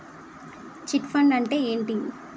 Chit fund అంటే ఏంటి?